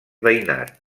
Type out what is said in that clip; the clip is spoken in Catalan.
veïnat